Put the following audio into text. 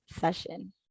session